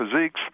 physiques